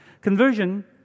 Conversion